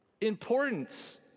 importance